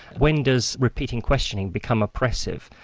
when does repeating questioning become oppressive.